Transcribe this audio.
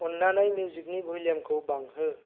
अननानै मिउजिकनि भलिउमखौ बांहो